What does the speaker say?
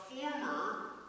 former